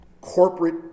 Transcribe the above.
corporate